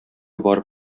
барып